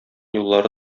юллары